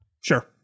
sure